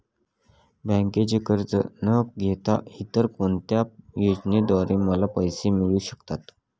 बँकेचे कर्ज न घेता इतर कोणत्या योजनांद्वारे मला पैसे मिळू शकतात?